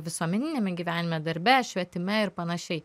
visuomeniniame gyvenime darbe švietime ir panašiai